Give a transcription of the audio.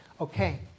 Okay